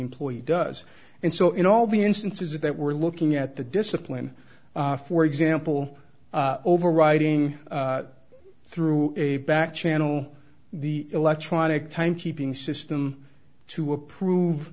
employee does and so in all the instances that we're looking at the discipline for example over riding through a back channel the electronic timekeeping system to approve